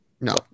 No